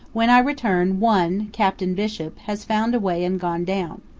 when i return, one, captain bishop, has found a way and gone down.